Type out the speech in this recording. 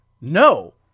No